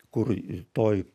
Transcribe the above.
kur toj